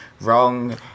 wrong